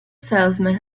salesman